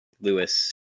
lewis